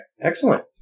excellent